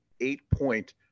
eight-point